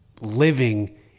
living